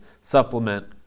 supplement